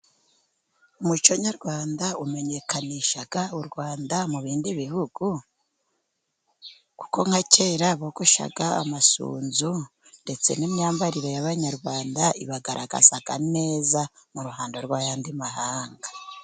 Umuco nyarwanda wamenyekanisha u Rwanda mu bindi bihugu, kuko nka kera bogoshaga amasunzu, ndetse n'imyambarire y'Abanyarwanda ibagaragaza neza mu ruhando rw'ayandi mahanga.